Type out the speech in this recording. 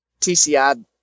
TCI